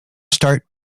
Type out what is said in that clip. start